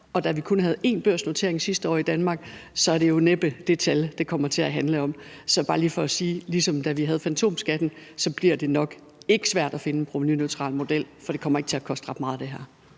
og da vi kun havde én børsnotering sidste år i Danmark, er det jo næppe det tal, det kommer til at handle om. Så det er bare lige for at sige, at ligesom da vi havde fantomskatten, bliver det nok ikke svært at finde en provenuneutral model, for det her kommer ikke til at koste ret meget. Kl.